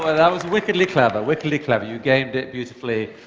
but that was wickedly clever, wickedly clever. you gamed it beautifully.